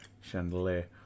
chandelier